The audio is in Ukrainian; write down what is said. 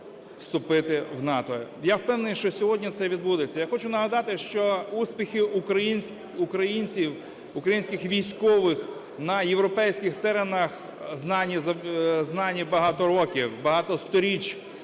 Я впевнений, що сьогодні це відбудеться. Я хочу нагадати, що успіхи українців, українських військових на європейських теренах знані багато років, багато сторіч.